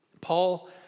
Paul